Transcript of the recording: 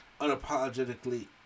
unapologetically